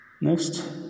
Next